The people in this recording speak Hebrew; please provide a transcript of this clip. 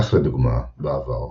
כך לדוגמה, בעבר,